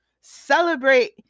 Celebrate